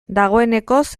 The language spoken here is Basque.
dagoenekoz